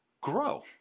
grow